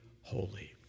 holy